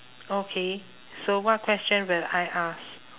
okay so what question will I ask